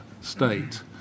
state